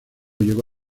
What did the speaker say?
llegó